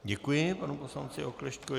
Děkuji panu poslanci Oklešťkovi.